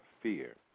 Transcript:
fear